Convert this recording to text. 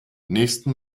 nächsten